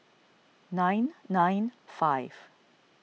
nine nine five